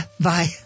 Bye